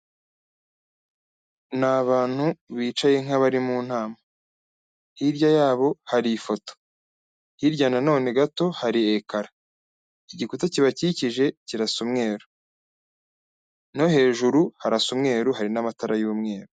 Ni abantu bicaye nk'abari mu nama, hirya yabo hari ifoto, hirya nanone gato hari ekara, ikiigikuta kibakikije kirasa umweru, no hejuru harasa umweru hari n'amatara y'umweru.